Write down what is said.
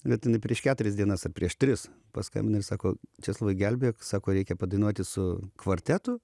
bet jinai prieš keturias dienas ar prieš tris paskambina ir sako česlovai gelbėk sako reikia padainuoti su kvartetu